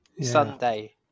Sunday